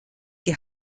die